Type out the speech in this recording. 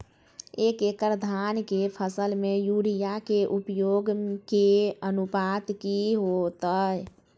एक एकड़ धान के फसल में यूरिया के उपयोग के अनुपात की होतय?